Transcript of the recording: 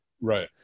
Right